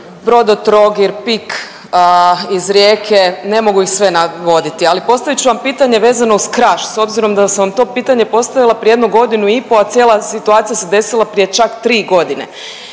Brodotrogir, PIK iz Rijeke ne mogu ih sve navoditi. Ali postavit ću vam pitanje vezano uz Kraš s obzirom da sam vam to pitanje postavila prije jedno godinu i po, a cijela situacija se desila prije čak tri godine